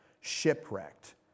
shipwrecked